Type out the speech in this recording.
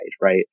right